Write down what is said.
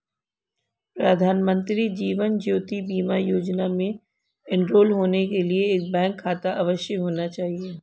प्रधानमंत्री जीवन ज्योति बीमा योजना में एनरोल होने के लिए एक बैंक खाता अवश्य होना चाहिए